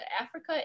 Africa